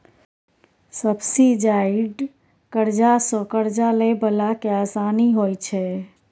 subsidised करजा सँ करजा लए बला केँ आसानी होइ छै